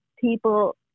people